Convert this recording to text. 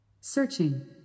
Searching